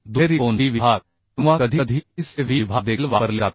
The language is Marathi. दुहेरी कोन T विभाग किंवा कधीकधी Is JV विभाग देखील वापरले जातात